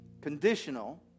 conditional